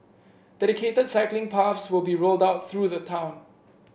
dedicated cycling paths will be rolled out through the town